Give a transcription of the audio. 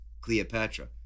Cleopatra